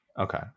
Okay